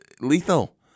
lethal